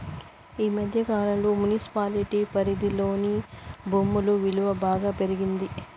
ఈ మధ్య కాలంలో మున్సిపాలిటీ పరిధిలోని భూముల విలువ బాగా పెరిగింది